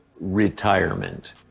retirement